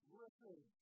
listen